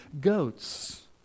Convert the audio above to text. goats